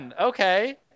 okay